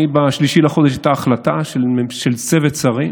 ב-3 בחודש הייתה החלטה של צוות שרים